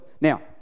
Now